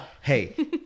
Hey